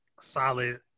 solid